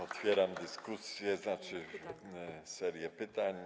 Otwieram dyskusję, tzn. serię pytań.